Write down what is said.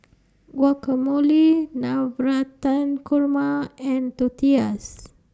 Guacamole Navratan Korma and Tortillas